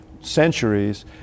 centuries